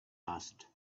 asked